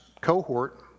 cohort